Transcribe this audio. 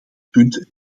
punt